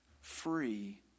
free